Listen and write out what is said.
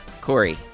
Corey